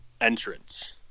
entrance